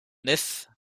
nefs